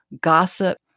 gossip